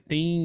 Tem